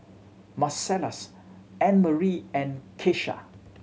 Marcellus Annemarie and Keisha